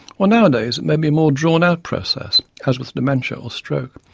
ah nowadays it may be a more drawn out process as with dementia or stroke,